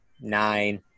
nine